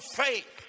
faith